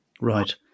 Right